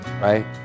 right